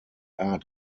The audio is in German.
art